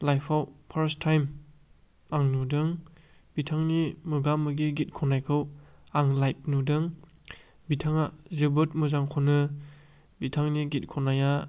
लाइफआव first time आं नुदों बिथांनि मोगा मोगि गित खननायखौ आं लाइभ नुदों बिथाङा जोबोद मोजां खनो बिथांनि गित खननाया